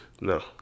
No